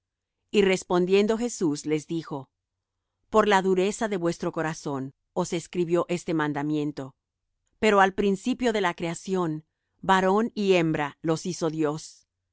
y respondiendo jesús les dijo por la dureza de vuestro corazón os escribió este mandamiento pero al principio de la creación varón y hembra los hizo dios